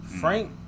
Frank